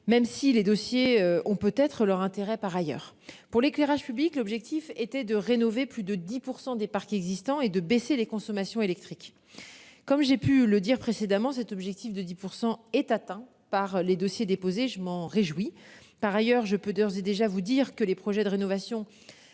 même si les dossiers, on peut être leur intérêt par ailleurs pour l'éclairage public. L'objectif était de rénover, plus de 10% des parquets existants et de baisser les consommations électriques. Comme j'ai pu le dire précédemment cet objectif de 10% est atteint par les dossiers déposés. Je m'en réjouis. Par ailleurs, je peux d'ores et déjà vous dire que les projets de rénovation.